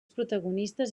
protagonistes